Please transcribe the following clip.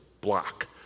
block